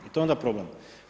I to je onda problem.